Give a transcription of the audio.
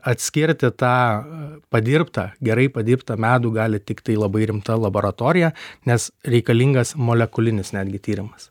atskirti tą padirbtą gerai padirbtą medų gali tiktai labai rimta laboratorija nes reikalingas molekulinis netgi tyrimas